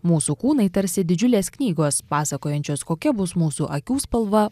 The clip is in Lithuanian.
mūsų kūnai tarsi didžiulės knygos pasakojančios kokia bus mūsų akių spalva